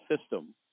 system